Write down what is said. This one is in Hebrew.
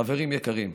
חברים יקרים,